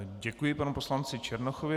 Děkuji panu poslanci Černochovi.